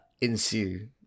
ensue